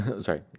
sorry